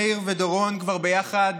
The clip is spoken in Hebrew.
מאיר ודורון כבר ביחד